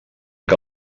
que